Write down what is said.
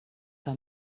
que